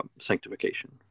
sanctification